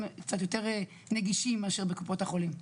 קצת יותר נגישים מאשר בקופות החולים.